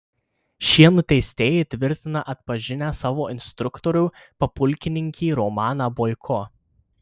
šie nuteistieji tvirtina atpažinę savo instruktorių papulkininkį romaną boiko